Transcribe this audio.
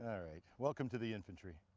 all right welcome to the infantry,